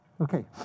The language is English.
Okay